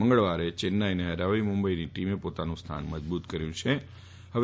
મંગળવારે ચેન્નાઈને ફરાવી મુંબઈની ટીમે પોતાનું સ્થાન મજબૂત કર્યું ફતું